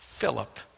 Philip